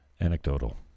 Anecdotal